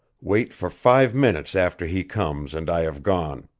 wait for five minutes after he comes and i have gone.